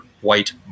white